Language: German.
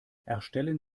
erstellen